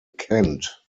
kent